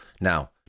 Now